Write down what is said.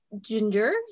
Ginger